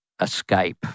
escape